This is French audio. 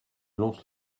lons